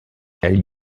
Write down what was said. elle